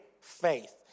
faith